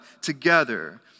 together